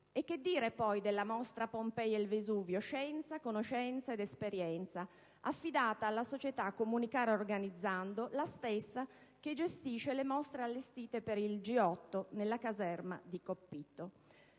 E che dire poi della mostra «Pompei e il Vesuvio. Scienza, conoscenza ed esperienza», affidata alla società Comunicare Organizzando, la stessa che gestisce le mostre allestite per il G8 nella caserma di Coppito?